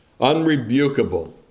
unrebukable